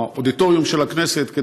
באודיטוריום של הכנסת,